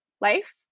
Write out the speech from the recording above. life